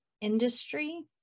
industry